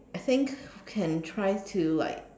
I think can try to like